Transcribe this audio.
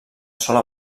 sola